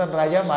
raja